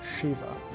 Shiva